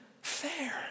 fair